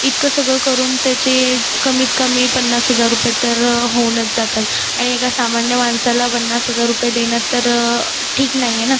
इतकं सगळं करून त्याचे कमीत कमी पन्नास हजार रुपये तर होऊनच जातात आणि एका सामान्य माणसाला पन्नास हजार रुपये देणं तर ठीक नाहीये ना